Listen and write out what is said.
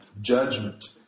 judgment